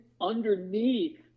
underneath